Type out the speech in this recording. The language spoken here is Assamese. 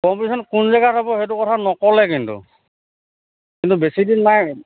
কম্পিটিশ্যন কোন জেগাত হ'ব সেইটো কথা নক'লে কিন্তু কিন্তু বেছিদিন নাই